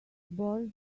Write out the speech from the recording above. boris